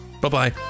bye-bye